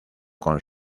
con